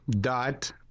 dot